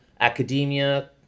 academia